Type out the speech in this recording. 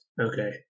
Okay